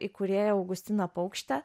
įkūrėją augustiną paukštę